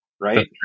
right